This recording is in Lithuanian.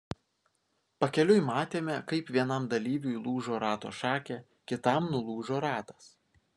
pakeliui matėme kaip vienam dalyviui lūžo rato šakė kitam nulūžo ratas